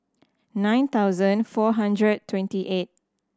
nine thousand four hundred twenty eight